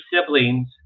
siblings